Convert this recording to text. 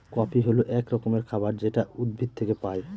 coffee হল এক রকমের খাবার যেটা উদ্ভিদ থেকে পায়